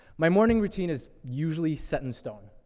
my morning routine is usually set in stone.